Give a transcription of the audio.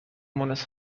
مونس